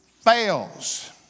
fails